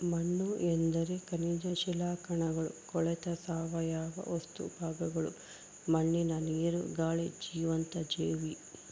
ಮಣ್ಣುಎಂದರೆ ಖನಿಜ ಶಿಲಾಕಣಗಳು ಕೊಳೆತ ಸಾವಯವ ವಸ್ತು ಭಾಗಗಳು ಮಣ್ಣಿನ ನೀರು, ಗಾಳಿ ಜೀವಂತ ಜೀವಿ